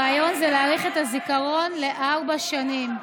הרעיון הוא להאריך את הזיכיון בארבע שנים.